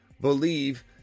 believe